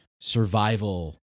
survival